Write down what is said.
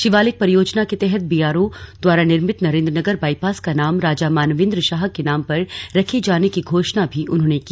शिवालिक परियोजना के तहत बीआरओ द्वारा निर्मित नरेंद्रनगर बाईपास का नाम राजा मानवेंद्र शाह के नाम पर रखे जाने की घोषणा भी उन्होंने की